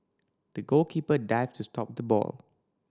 the goalkeeper dived to stop the ball